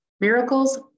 Miracles